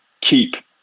keep